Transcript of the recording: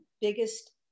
biggest